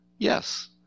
Yes